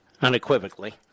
unequivocally